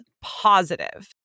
positive